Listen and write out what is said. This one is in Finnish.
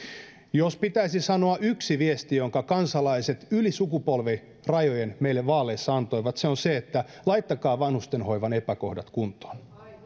jos pitäisi sanoa yksi viesti jonka kansalaiset yli sukupolvirajojen meille vaaleissa antoivat se on se että laittakaa vanhustenhoivan epäkohdat kuntoon